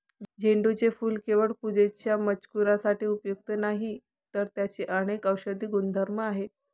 झेंडूचे फूल केवळ पूजेच्या मजकुरासाठी उपयुक्त नाही, तर त्यात अनेक औषधी गुणधर्म आहेत